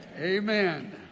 amen